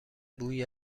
بوی